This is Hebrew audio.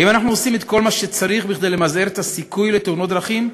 האם אנחנו עושים את כל מה שצריך כדי למזער את הסיכוי לתאונות דרכים?